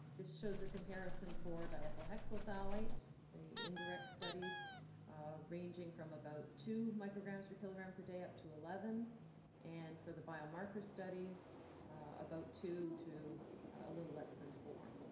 this shows a comparison for diethylhexyl phthalate. the indirect studies um ranging from about two micrograms per kilogram per day up to eleven and for the biomarker studies about two to a little less than four.